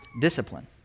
discipline